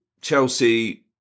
Chelsea